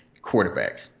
quarterback